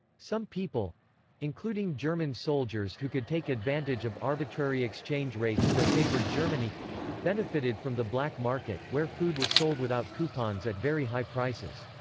some people including german soldiers who could take advantage of arbitrary exchange rates that favored germany benefited from the black market, where food was sold without coupons at very high prices.